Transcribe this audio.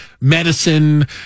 medicine